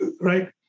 right